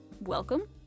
welcome